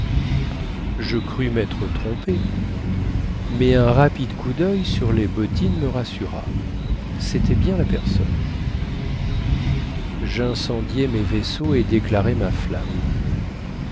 je crus mêtre trompé mais un rapide coup doeil sur les bottines me rassura cétait bien la personne jincendiai mes vaisseaux et déclarai ma flamme